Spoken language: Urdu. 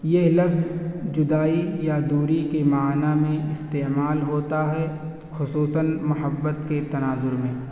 یہ لفظ جدائی یا دوری کے معنیٰ میں استعمال ہوتا ہے خصوصاً محبت کے تناظر میں